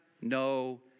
no